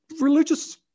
religious